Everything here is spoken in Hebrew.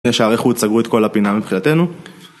שערי חוץ סגרו את כל הפינה מבחינתנו